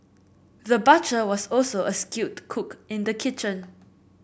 the butcher was also a skilled cook in the kitchen